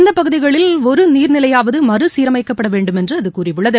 இந்த பகுதிகளில் ஒரு நீர்நிலையாவது மறு சீரமைக்கப்பட வேண்டும் என்று அது கூறியுள்ளது